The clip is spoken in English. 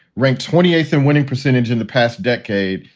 ranked twenty eighth and winning percentage in the past decade.